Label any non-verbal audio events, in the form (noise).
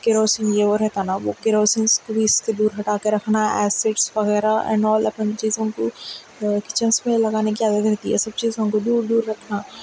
kerosene یہ وہ رہتا نا وہ کیروسن کو بھی اس سے دور ہٹا کے رکھنا ایسڈس وغیرہ اینڈ آل اپن چیزوں کو کچنس میں لگانے کی کیا (unintelligible) رہتی یہ سب چیزوں کو بھی دور رکھنا